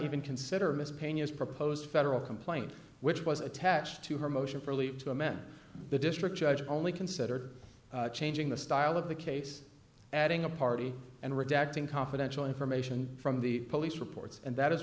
even consider ms pena's proposed federal complaint which was attached to her motion for leave to amend the district judge only consider changing the style of the case adding a party and rejecting confidential information from the police reports and that is